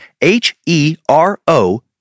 h-e-r-o